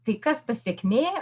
tai kas ta sėkmė